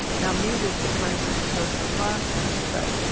now, meat is the primary source of phosphorus, but